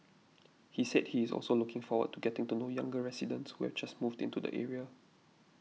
he said he is also looking forward to getting to know younger residents who have just moved into the area